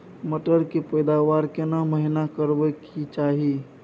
मटर के पैदावार केना महिना करबा के चाही?